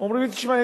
אומרים: תשמע,